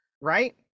right